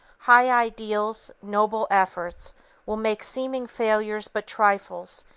high ideals, noble efforts will make seeming failures but trifles,